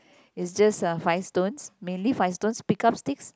is just uh five stones mainly five stones pick up sticks